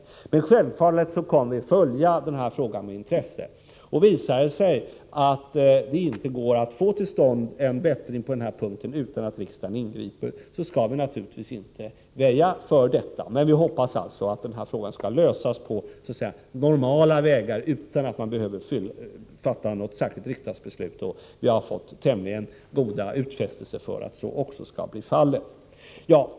Vi kommer självfallet att följa frågan med intresse, och om det visar sig att det inte går att få till stånd en bättring på den punkten utan att riksdagen ingriper skall vi naturligtvis inte väja för detta. Vi hoppas emellertid att frågan skall lösas på normala vägar, utan att man behöver fatta något särskilt riksdagsbeslut. Vi har fått tämligen goda utfästelser om att så också skall bli fallet.